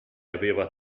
aveva